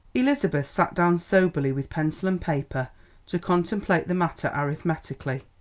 elizabeth sat down soberly with pencil and paper to contemplate the matter arithmetically.